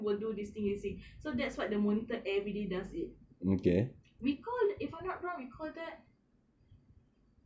will do this thing this thing this thing so that's what the monitor everyday does it we call it I'm not wrong we call that